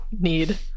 Need